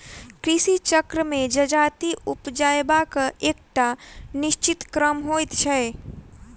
कृषि चक्र मे जजाति उपजयबाक एकटा निश्चित क्रम होइत छै